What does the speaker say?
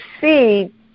see